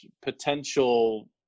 potential